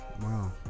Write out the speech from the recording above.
Wow